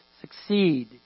succeed